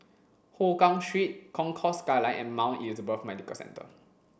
Hougang Concourse Skyline and Mount Elizabeth Medical Centre